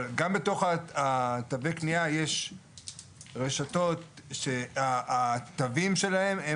אבל גם בתוך תווי הקנייה יש רשתות שהתווים שלהן,